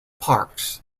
parks